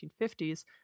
1950s